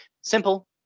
Simple